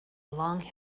long